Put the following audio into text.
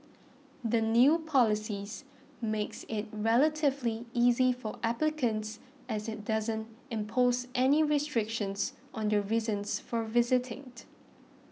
the new policies makes it relatively easy for applicants as it doesn't impose any restrictions on their reasons for visiting